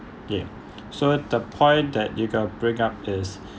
okay so the point that you got bring up is